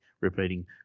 repeating